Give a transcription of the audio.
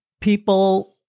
people